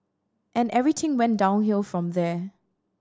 and everything went downhill from there